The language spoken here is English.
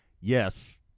yes